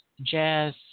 jazz